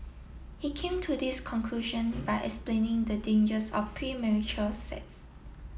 he came to this conclusion by explaining the dangers of premarital sex